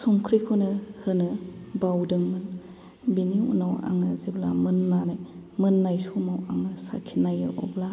संख्रिखौनो होनो बावदों बेनि उनाव आङो जेब्ला मोननानै मोननाय समाव आङो साखिनायो अब्ला आं